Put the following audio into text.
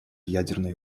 ядерной